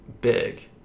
big